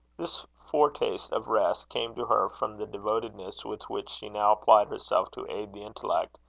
this foretaste of rest came to her from the devotedness with which she now applied herself to aid the intellect,